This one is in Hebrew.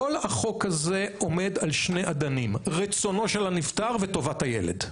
כל החוק הזה עומד על שני אדנים: רצונו של הנפטר וטובת הילד.